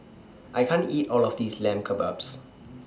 I can't eat All of This Lamb Kebabs